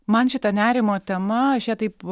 man šita nerimo tema aš ją taip